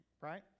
Right